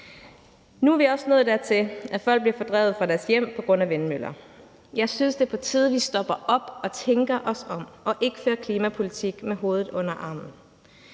Nu er vi også nået dertil, at folk bliver fordrevet fra deres hjem på grund af vindmøller. Jeg synes, det er på tide, vi stopper op og tænker os om og ikke fører klimapolitik med hovedet under armen.